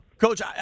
Coach